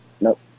Nope